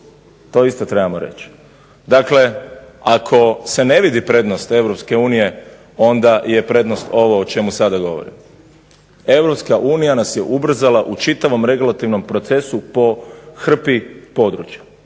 To isto trebamo reći. Dakle, ako se ne vidi prednost Europske unije, onda je prednost ovo o čemu sada govorim. Europska unija nas je ubrzala u čitavom regulativnom procesu po hrpi područja.